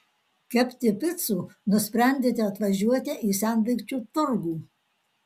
kepti picų nusprendėte atvažiuoti į sendaikčių turgų